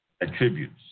attributes